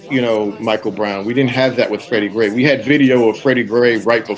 you know, michael brown. we didn't have that with freddie gray. we had video of freddie gray. right. but